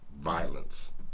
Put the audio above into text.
violence